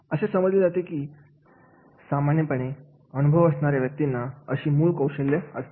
असे समजले जाते की तरच सामान्यपणे अनुभवून असणाऱ्या व्यक्तींना अशी मूळ कौशल्य नसतात